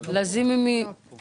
לזימי לא פה.